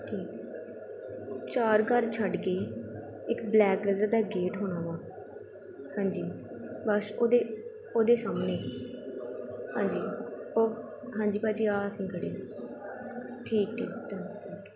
ਠੀਕ ਚਾਰ ਘਰ ਛੱਡ ਕੇ ਇੱਕ ਬਲੈਕ ਕਲਰ ਦਾ ਗੇਟ ਹੋਣਾ ਵਾ ਹਾਂਜੀ ਬਸ ਉਹਦੇ ਉਹਦੇ ਸਾਹਮਣੇ ਹਾਂਜੀ ਉਹ ਹਾਂਜੀ ਭਾਅ ਜੀ ਆਹ ਅਸੀਂ ਖੜ੍ਹੇ ਹਾਂ ਠੀਕ ਹੈ ਧੰਨਵਾਦ